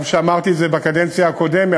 גם כשאמרתי את זה בקדנציה הקודמת,